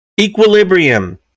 Equilibrium